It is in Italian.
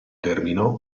terminò